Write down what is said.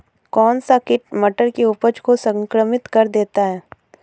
कौन सा कीट मटर की उपज को संक्रमित कर देता है?